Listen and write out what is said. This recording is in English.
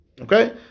Okay